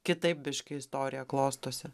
kitaip biškį istorija klostosi